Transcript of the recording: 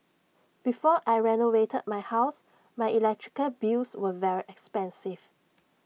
before I renovated my house my electrical bills were very expensive